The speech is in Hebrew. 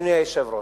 אדוני היושב-ראש,